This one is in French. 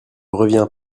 reviens